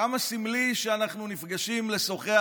כמה סמלי שאנחנו נפגשים לשוחח